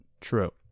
true